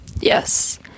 Yes